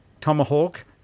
tomahawk